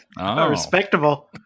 Respectable